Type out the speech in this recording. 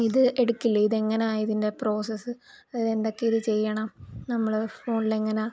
ഇത് എടുക്കില്ലെ ഇതെങ്ങനാണ് ഇതിൻ്റെ പ്രോസസ് അതായത് എന്തൊക്കെ ഇത് ചെയ്യണം നമ്മൾ ഫോണിലെങ്ങനാ